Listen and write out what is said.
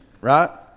right